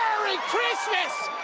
christmas,